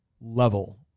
level